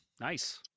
Nice